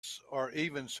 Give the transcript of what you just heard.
search